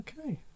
Okay